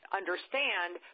understand